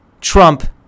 Trump